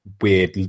weird